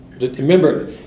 Remember